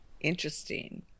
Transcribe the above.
interesting